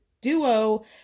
duo